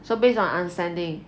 so based on understanding